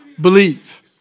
believe